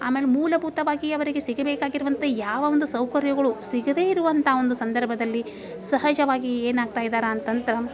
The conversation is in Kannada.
ಆಮೇಲೆ ಮೂಲಭೂತವಾಗಿ ಅವರಿಗೆ ಸಿಗಬೇಕಾಗಿರುವಂಥ ಯಾವ ಒಂದು ಸೌಕರ್ಯಗಳು ಸಿಗದೇ ಇರುವಂಥ ಒಂದು ಸಂದರ್ಭದಲ್ಲಿ ಸಹಜವಾಗಿ ಏನಾಗ್ತಾಯಿದ್ದಾರೆ ಅಂತಂದ್ರೆ